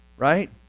Right